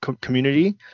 community